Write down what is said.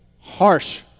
harsh